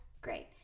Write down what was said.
Great